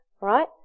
right